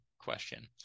question